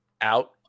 out